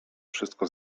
wszystko